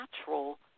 Natural